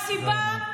תודה רבה.